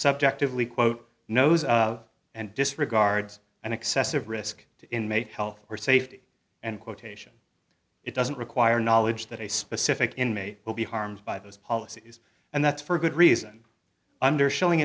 subjectively quote knows of and disregards an excessive risk to inmate health or safety and quotation it doesn't require knowledge that a specific inmate will be harmed by those policies and that for good reason under showing